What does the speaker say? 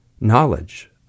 knowledge